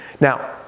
now